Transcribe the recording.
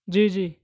جی جی